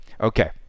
Okay